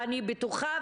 אני בטוחה,